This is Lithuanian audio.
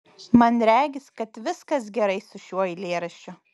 man regis kad viskas gerai su šiuo eilėraščiu